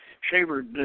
Shaver